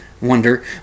wonder